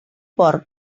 porc